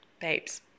Babes